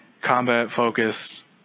combat-focused